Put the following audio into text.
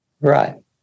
Right